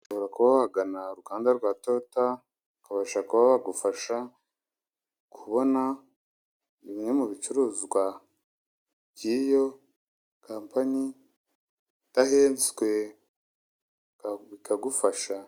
Ushobora kuba wagana uruganda rwa Toyota bakabasha kuba bagufasha kubona bimwe mu bicuruzwa by'iyo kampani udahenzwe bakagufasha.